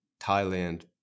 thailand